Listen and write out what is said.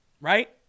right